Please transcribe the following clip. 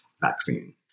vaccine